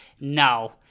Now